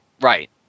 Right